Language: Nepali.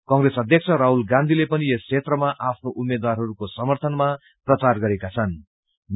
कंग्रेस अध्यक्ष राहुल गांधीले पनि यस क्षेत्रमा आफ्नोउम्मेद्वारहरूको समानिमा प्रचार गरेका छनृ